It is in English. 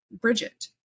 Bridget